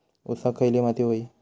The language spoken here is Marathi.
ऊसाक खयली माती व्हयी?